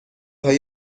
های